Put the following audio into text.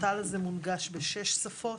אנחנו לא עוסקים בנושא רישוי,